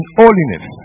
holiness